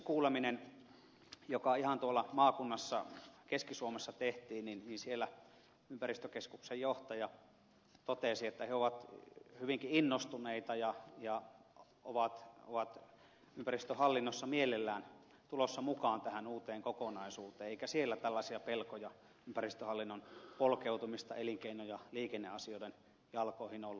yhdessä kuulemisessa joka ihan tuolla maakunnassa keski suomessa tehtiin ympäristökeskuksen johtaja totesi että he ovat hyvinkin innostuneita ja ovat ympäristöhallinnossa mielellään tulossa mukaan tähän uuteen kokonaisuuteen eikä siellä tällaisia pelkoja ympäristöhallinnon polkeutumisesta elinkeino ja liikenneasioiden jalkoihin ollut